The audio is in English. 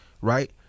right